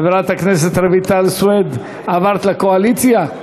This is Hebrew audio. חברת הכנסת רויטל סויד, עברת לקואליציה?